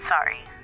sorry